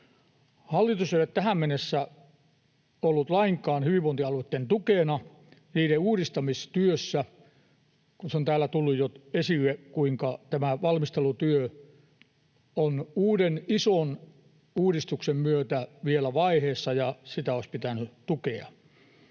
Hallitus ei ole tähän mennessä ollut lainkaan hyvinvointialueitten tukena niiden uudistamistyössä — se on täällä tullut jo esille, kuinka tämä valmistelutyö on uuden, ison uudistuksen myötä vielä vaiheessa, ja sitä olisi pitänyt tukea.